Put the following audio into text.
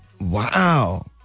Wow